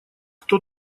кто